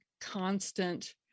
constant